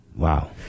Wow